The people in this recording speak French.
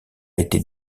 été